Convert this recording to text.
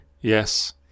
Yes